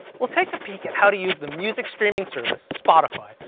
we'll take a peek at how to use the music streaming service, spotify,